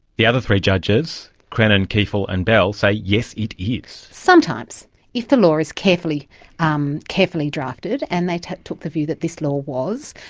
the other three judges, crennan, kiefel and bell, say yes it is. sometimes, if the law is carefully um carefully drafted, and they took took the view that this law was,